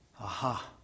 aha